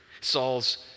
Saul's